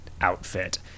outfit